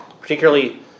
Particularly